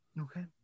Okay